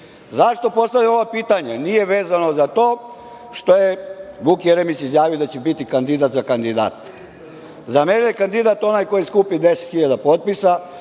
postavljam ova pitanja? Nije vezano za to što je Vuk Jeremić izjavio da će biti kandidata za kandidata. Za mene je kandidat onaj koji skupi deset hiljada